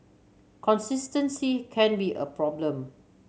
consistency can be a problem